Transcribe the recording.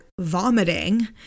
vomiting